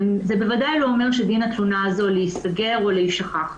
ובוודאי היא לא אומרת שדין התלונה הזו להיסגר או להישכח.